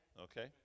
Okay